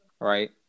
right